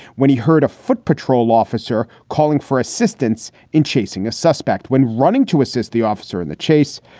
when he heard a foot patrol officer calling for assistance in chasing a suspect when running to assist the officer in the chase,